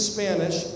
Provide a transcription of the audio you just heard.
Spanish